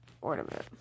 ornament